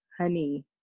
honey